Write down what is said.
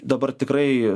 dabar tikrai